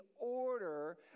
order